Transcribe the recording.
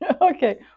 Okay